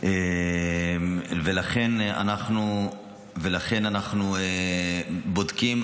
ולכן אנחנו בודקים,